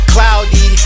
Cloudy